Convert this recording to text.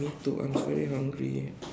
me too I'm very hungry